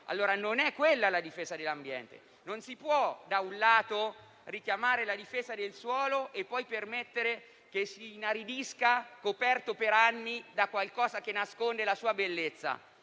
non è difesa dell'ambiente. Non si può, da un lato, richiamare la difesa del suolo e poi permettere che questo si inaridisca, coperto per anni da qualcosa che nasconde la sua bellezza.